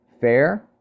fair